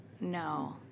No